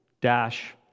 dash